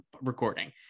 recording